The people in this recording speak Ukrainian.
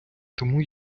тому